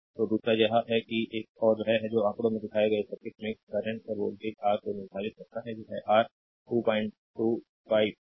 तो दूसरा यह है कि एक और वह है जो आंकड़े में दिखाए गए सर्किट में कर्रेंटस और वोल्टेज आर को निर्धारित करता है यह R22 5